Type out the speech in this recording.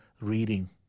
reading